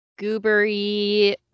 goobery